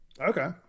Okay